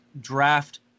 draft